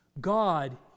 God